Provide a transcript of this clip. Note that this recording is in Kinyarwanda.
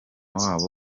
wabo